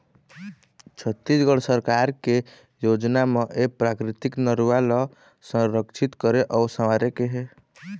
छत्तीसगढ़ सरकार के योजना म ए प्राकृतिक नरूवा ल संरक्छित करे अउ संवारे के हे